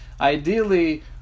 Ideally